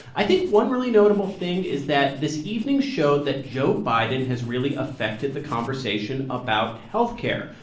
i think one really notable thing is that this evening showed that joe biden has really affected the conversation about health care.